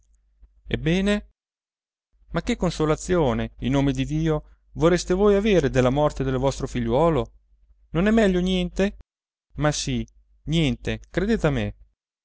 ebbene ma che consolazione in nome di dio vorreste voi avere della morte del vostro figliuolo non è meglio niente ma sì niente credete a me